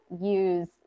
use